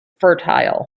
fertile